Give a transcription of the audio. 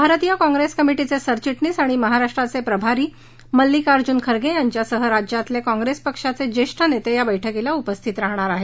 भारतीय काँग्रेस कमिटीचे सरचिटणीस आणि महाराष्ट्राचे प्रभारी मल्लिकार्जुन खर्गे यांच्यासह राज्यातील कॉंग्रेस पक्षाचे ज्येष्ठ नेते या बैठकीला उपस्थित राहणार आहेत